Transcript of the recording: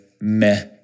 meh